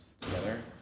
together